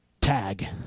tag